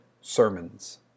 sermons